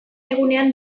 egunean